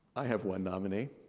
i have one nominee.